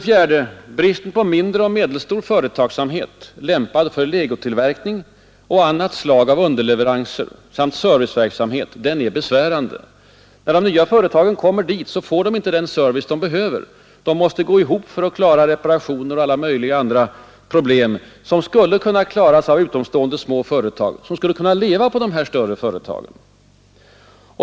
4, Bristen på mindre och medelstor företagsamhet, lämpad för legotillverkning och annat slag av underleveranser samt serviceverksamhet, är besvärande. När de nya företagen kommer dit, får de inte den service de behöver. De måste gå ihop för att klara reparationer och alla möjliga andra problem som skulle kunna lösas av utomstående små företag — som skulle kunna leva på dessa större företag.